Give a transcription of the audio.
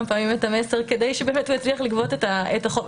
פעמים את המסר כדי שבאמת הוא יצליח לגבות את החוב.